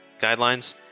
guidelines